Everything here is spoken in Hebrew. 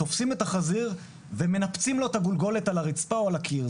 תופסים את החזיר ומנפצים לו את הגולגולת על הרצפה או על הקיר.